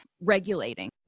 regulating